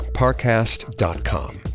Parcast.com